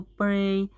pray